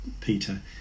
Peter